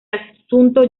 asunto